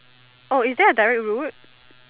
oh is there a direct route